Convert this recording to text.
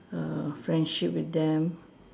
err friendship with them